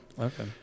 Okay